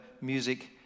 music